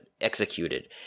executed